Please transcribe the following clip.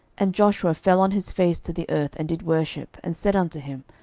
and joshua fell on his face to the earth, and did worship, and said unto him,